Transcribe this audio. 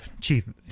chief